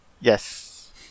yes